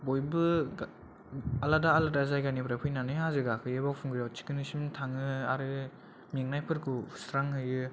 बयबो आलादा आलादा जायगानिफ्राय फैनानै हाजो गाखोयो बावखुंग्रिआव थिखिनिसिम थाङो आरो मेंनायफोरखौ सुस्रांहैयो